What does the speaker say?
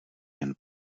jen